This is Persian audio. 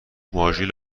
ماژول